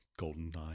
Goldeneye